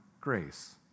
grace